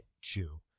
Chew